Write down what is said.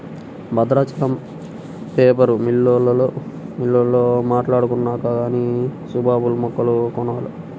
Bhadrachalam paper మిల్లోల్లతో మాట్టాడుకొన్నాక గానీ సుబాబుల్ మొక్కలు కొనాల